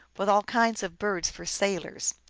with all kinds of birds for sailors.